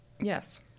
Yes